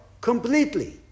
completely